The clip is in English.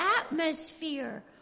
atmosphere